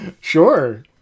Sure